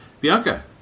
Bianca